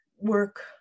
work